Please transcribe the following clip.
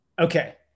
Okay